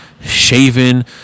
shaven